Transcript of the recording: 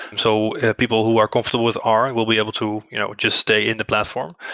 so people who are comfortable with r and will be able to you know just stay in the platform.